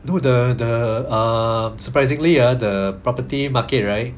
you know the the um surprisingly ah the property market right